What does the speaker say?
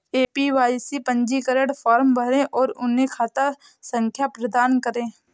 APY पंजीकरण form भरें और उन्हें खाता संख्या प्रदान करें